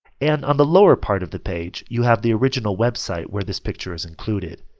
and on the lower part of the page you have the original website where this picture is included.